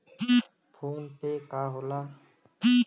PhonePe का होला?